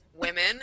Women